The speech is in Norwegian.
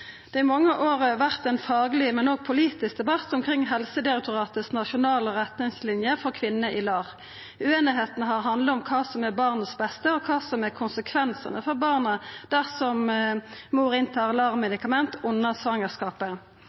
Det har i mange år vore ein fagleg, men òg politisk debatt omkring Helsedirektoratets nasjonale retningslinjer for kvinner i LAR. Ueinigheita har handla om kva som er til det beste for barnet, og kva som er konsekvensane for barnet dersom mor tar LAR-medikament under svangerskapet.